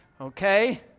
okay